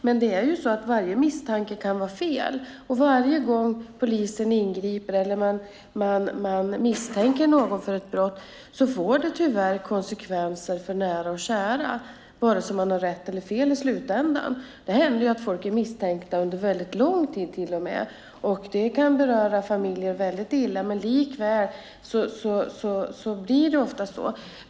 Men varje misstanke kan vara fel, och varje gång polisen ingriper eller man misstänker någon för ett brott får det tyvärr konsekvenser för nära och kära, vare sig man har rätt eller fel i slutändan. Det händer att folk är misstänkta under väldigt lång tid, till och med. Det kan beröra familjer väldigt illa, men likväl blir det ofta så.